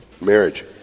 Marriage